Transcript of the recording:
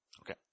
Okay